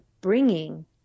bringing